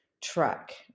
track